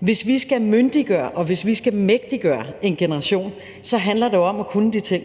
Hvis vi skal myndiggøre, og hvis vi skal vægtiggøre en generation, handler det om at kunne de ting.